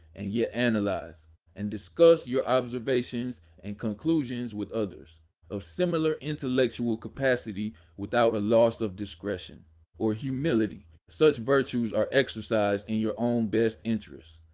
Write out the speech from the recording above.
and yet analyze and discuss your observations and conclusions with others of similar intellectual capacity without a loss of discretion or humility. such virtues are exercised in your own best interest.